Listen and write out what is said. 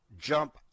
jump